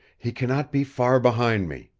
he cannot be far behind me.